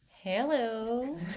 Hello